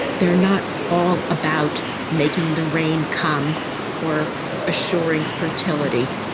they are not all about making the rain come or assuring fertility.